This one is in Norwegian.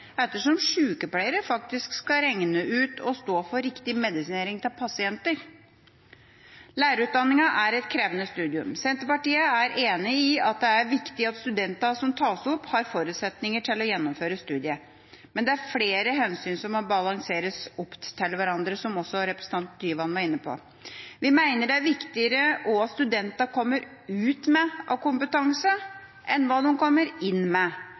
ettersom sykepleiere faktisk skal regne ut og stå for riktig medisinering til pasienter. Lærerutdanninga er et krevende studium. Senterpartiet er enig i at det er viktig at studentene som tas opp, har forutsetninger for å gjennomføre studiet. Men det er flere hensyn som må balanseres opp mot hverandre, som også representanten Tyvand var inne på. Vi mener det er viktigere hva studentene kommer ut med av kompetanse, enn hva de kommer inn med.